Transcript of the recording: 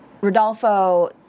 Rodolfo